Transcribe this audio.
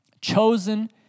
Chosen